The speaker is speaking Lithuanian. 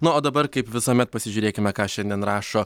na o dabar kaip visuomet pasižiūrėkime ką šiandien rašo